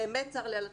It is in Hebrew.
באמת צר לי על התחושות.